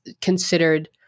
considered